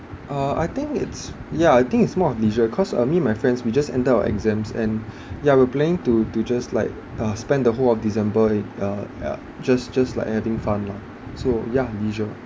uh I think it's yeah I think it's more of leisure cause uh me and my friends we just ended our exams and ya we're planning to to just like uh spend the whole of december uh just just like anything fun lah so ya leisure